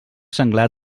senglar